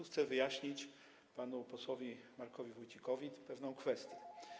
Chcę wyjaśnić panu posłowi Markowi Wójcikowi pewną kwestię.